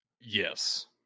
Yes